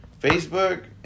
Facebook